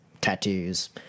tattoos